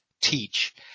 teach –